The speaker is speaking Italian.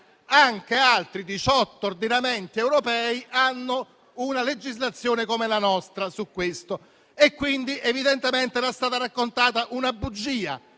anche altri 18 ordinamenti europei hanno una legislazione come la nostra sul punto. Era quindi stata raccontata una bugia.